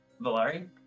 Valari